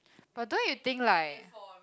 but don't you think like